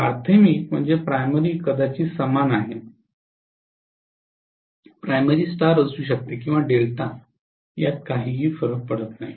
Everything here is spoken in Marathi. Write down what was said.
प्राथमिक कदाचित समान आहे प्राथमिक स्टार असू शकते किंवा डेल्टा काहीही फरक पडत नाही